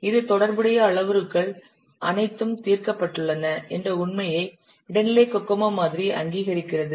இது தொடர்புடைய அளவுருக்கள் அனைத்தும் தீர்க்கப்பட்டுள்ளன என்ற உண்மையை இடைநிலை கோகோமோ மாதிரி அங்கீகரிக்கிறது